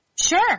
Sure